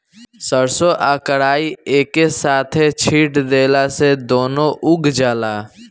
सरसों आ कराई एके साथे छींट देला से दूनो उग जाला